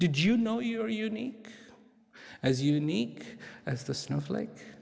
did you know your unique as unique as the snowflake